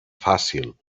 fàcil